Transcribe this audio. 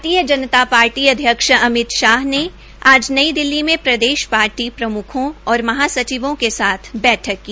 भारतीय जनता पार्टी अध्यक्ष अमित शा आज नई दिल्ली में प्रदेश पार्टी प्रम्खों और महासचिवों के साथ बैठक की